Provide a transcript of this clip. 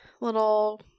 little